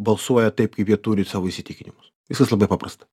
balsuoja taip kaip jie turi savo įsitikinimus viskas labai paprasta